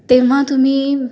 तेव्हा तुम्ही